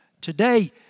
Today